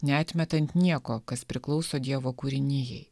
neatmetant nieko kas priklauso dievo kūrinijai